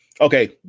okay